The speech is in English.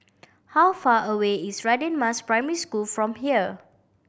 how far away is Radin Mas Primary School from here